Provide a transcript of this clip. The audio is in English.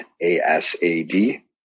A-S-A-D